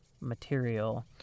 material